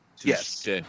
Yes